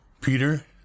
Peter